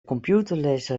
computerlessen